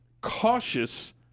cautious